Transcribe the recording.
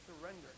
surrender